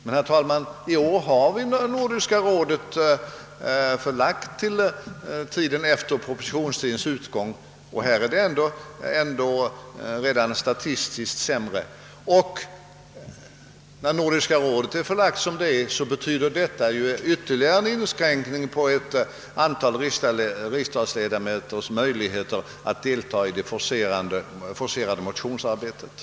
Men i år, herr talman, har ju Nordiska rådets session förlagts efter propositionstidens utgång, och då är läget rent statistiskt sämre! Och förläggningen av Nordiska rådets session betyder ytterligare inskränkning av ett antal riksdagsledamöters möjligheter att deltaga i det forcerade motionsarbetet.